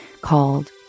called